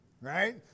Right